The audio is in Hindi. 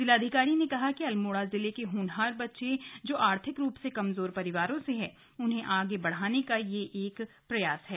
जिलाधिकारी ने कहा कि अल्मोड़ा जिले के होनहार बच्चे जो आर्थिक रुप से कमजोर परिवारों से है उन्हें आगे बढ़ाने का एक प्रयास किया जा रहा है